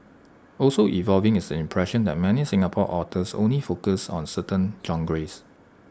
also evolving is the impression that many Singapore authors only focus on certain